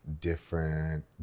different